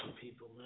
people